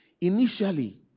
initially